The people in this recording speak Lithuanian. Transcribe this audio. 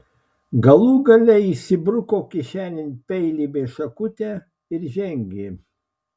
galų gale įsibruko kišenėn peilį bei šakutę ir žengė